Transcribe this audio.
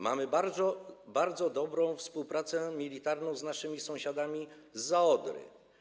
Mamy bardzo dobrą współpracę militarną z naszymi sąsiadami zza Odry.